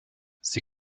sie